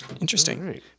interesting